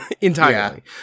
entirely